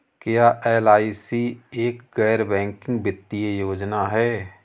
क्या एल.आई.सी एक गैर बैंकिंग वित्तीय योजना है?